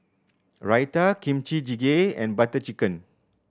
Raita Kimchi Jjigae and Butter Chicken